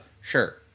sure